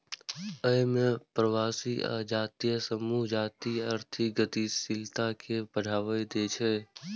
अय मे अप्रवासी आ जातीय समूह जातीय आर्थिक गतिशीलता कें बढ़ावा दै छै